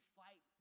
fight